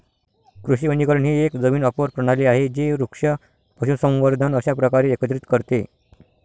कृषी वनीकरण ही एक जमीन वापर प्रणाली आहे जी वृक्ष, पशुसंवर्धन अशा प्रकारे एकत्रित करते